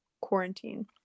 quarantine